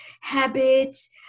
habits